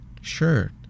Sure